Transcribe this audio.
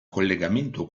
collegamento